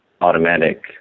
automatic